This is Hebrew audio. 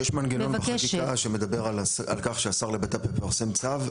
יש מנגנון בחקיקה שמדבר על כך שהשר לבט"פ יפרסם צו,